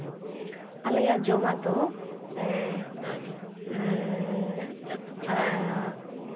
ᱟᱞᱮᱭᱟᱜ ᱡᱚᱢᱟᱜ ᱫᱚ